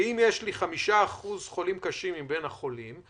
ואם יש לי 5% חולים קשים מבין החולים,